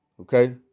Okay